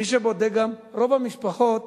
מי שבודק גם, רוב המשפחות